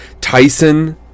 Tyson